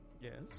Yes